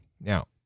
Now